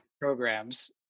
programs